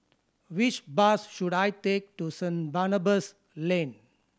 which bus should I take to Saint Barnabas Lane